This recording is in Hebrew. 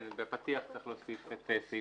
אני מתכבד לפתוח את ישיבת